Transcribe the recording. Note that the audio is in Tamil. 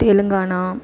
தெலுங்கானா